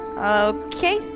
Okay